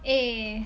eh